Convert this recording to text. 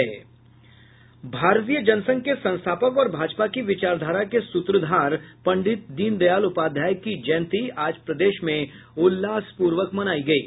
भारतीय जनसंघ के संस्थापक और भाजपा की विचारधारा के सूत्रधार पंडित दीनदयाल उपाध्याय की जयंती आज प्रदेश में उल्लासपूर्वक मनायी गयी